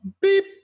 beep